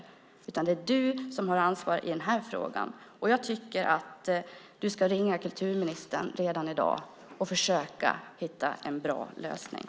Det är försvarsministern som har ansvar i den här frågan, och jag tycker att försvarsministern ska ringa kulturministern redan i dag och försöka hitta en bra lösning.